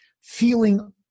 feeling